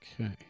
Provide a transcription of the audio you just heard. Okay